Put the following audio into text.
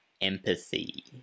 empathy